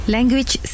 Language